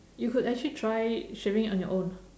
you could actually try shaving it on your own